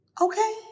okay